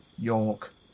York